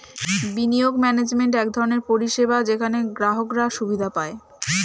বিনিয়োগ ম্যানেজমেন্ট এক ধরনের পরিষেবা যেখানে গ্রাহকরা সুবিধা পায়